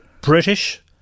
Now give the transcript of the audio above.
British